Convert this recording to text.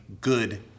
good